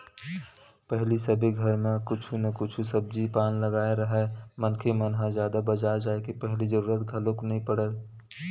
पहिली सबे घर म कुछु न कुछु सब्जी पान लगाए राहय मनखे मन ह जादा बजार जाय के पहिली जरुरत घलोक नइ पड़य